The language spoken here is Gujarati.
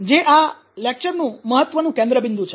જે આ વ્યાખ્યાનલેકચરનું મહત્વનું કેન્દ્રબિંદુ છે